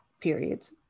periods